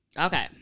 Okay